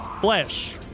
flesh